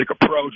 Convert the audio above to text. approach